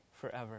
forever